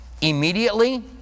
Immediately